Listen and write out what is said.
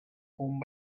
home